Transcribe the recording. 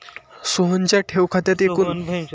सोहनच्या ठेव खात्यात एकूण दोन हजार रुपये आहेत